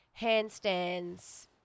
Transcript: handstands